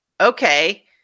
okay